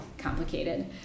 complicated